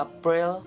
April